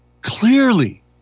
clearly